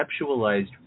conceptualized